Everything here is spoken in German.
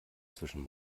zwischen